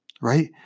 right